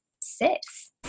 six